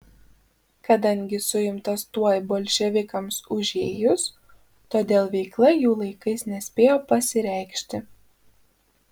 kadangi suimtas tuoj bolševikams užėjus todėl veikla jų laikais nespėjo pasireikšti